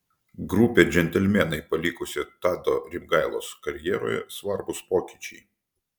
grupę džentelmenai palikusio tado rimgailos karjeroje svarbūs pokyčiai